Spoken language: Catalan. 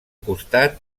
costat